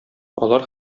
алар